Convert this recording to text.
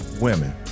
women